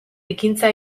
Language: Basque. ekintza